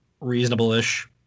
reasonable-ish